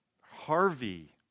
Harvey